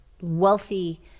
wealthy